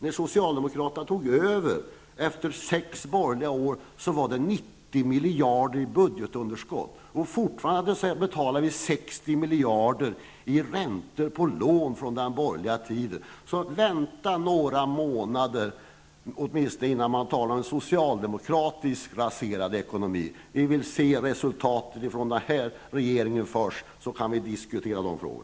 När socialdemokraterna tog över efter sex borgerliga år var det 90 miljarder i budgetunderskott, och fortfarande betalar vi 60 miljarder i räntor på lån från den borgerliga tiden. Vänta åtminstone några månader med att tala om en socialdemokratisk raserad ekonomi! Vi vill först se resultaten från denna regering, och därefter kan vi diskutera dessa frågor.